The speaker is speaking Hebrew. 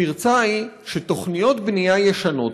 הפרצה היא שתוכניות בנייה ישנות,